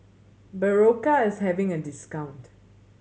Berocca is having a discount